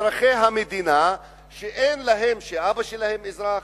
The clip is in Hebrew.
אזרחי המדינה שאין להם, שאבא שלהם אזרח,